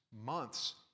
months